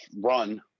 run